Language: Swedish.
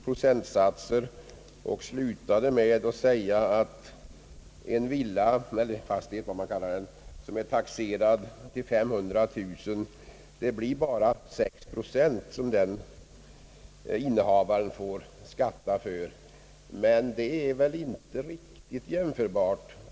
Han slutade med att säga att skatten bara blir 6 procent för en villa eller fastighet som är taxerad till 500 000 kronor. Men detta är väl inte riktigt jämförbart.